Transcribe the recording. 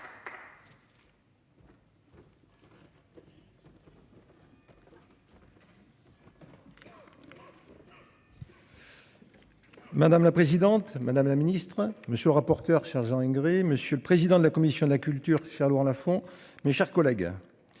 Madame la présidente, madame la ministre, monsieur le rapporteur chargé en Hongrie. Monsieur le président de la commission de la culture. Cher Laurent Lafon, mes chers collègues.